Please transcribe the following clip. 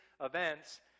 events